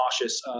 cautious